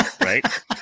Right